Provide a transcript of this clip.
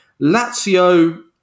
Lazio